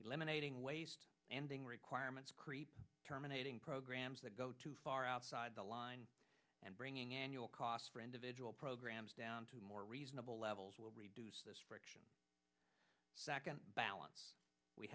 eliminating waste and being requirements creep terminating programs that go too far outside the line and bringing annual costs for individual programs down to more reasonable levels will reduce friction balance we